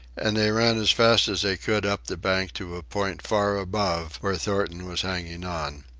and they ran as fast as they could up the bank to a point far above where thornton was hanging on.